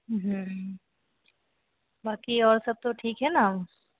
बाकी और सब तो ठीक है ना